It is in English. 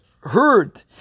heard